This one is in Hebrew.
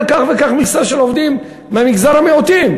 כך וכך מכסה של עובדים ממגזר המיעוטים.